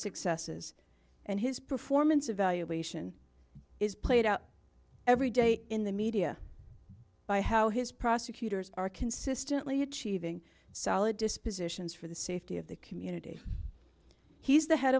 successes and his performance evaluation is played out every day in the media by how his prosecutors are consistently achieving solid dispositions for the safety of the community he's the head